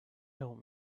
don’t